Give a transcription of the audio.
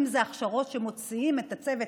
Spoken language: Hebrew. אם זה ההכשרות שמוציאים את הצוות,